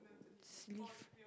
just leave